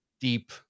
deep